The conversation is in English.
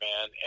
man